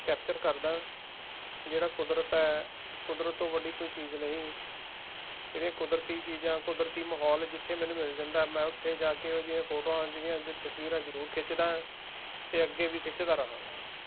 capture ਕਰਦਾਂ ਜਿਹੜਾ ਕੁਦਰਤ ਹੈ ਕੁਦਰਤ ਤੋਂ ਵੱਡੀ ਕੋਈ ਚੀਜ਼ ਨਹੀਂ ਜਿਹੜੀਆਂ ਕੁਦਰਤੀ ਚੀਜ਼ਾਂ ਕੁਦਰਤੀ ਮਾਹੌਲ ਜਿੱਥੇ ਮੈਨੂੰ ਮਿਲ ਜਾਂਦਾ ਮੈਂ ਉੱਥੇ ਜਾ ਉਹੋ ਜਿਹੀਆਂ ਫੋਟੋਆਂ ਜਿਹੜੀਆਂ ਜ ਤਸਵੀਰਾਂ ਜ਼ਰੂਰ ਖਿੱਚਦਾਂ ਅਤੇ ਅੱਗੇ ਵੀ ਖਿੱਚਦਾ ਰਹਾਂਗਾ